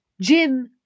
Jim